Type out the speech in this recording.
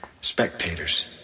spectators